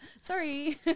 Sorry